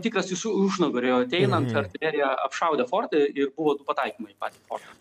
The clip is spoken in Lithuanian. tikras iš užnugario ateinant artilerija apšaudė fortą ir buvo pataikymai į patį fortą